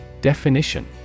Definition